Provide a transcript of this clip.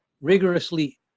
rigorously